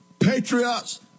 Patriots